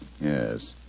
Yes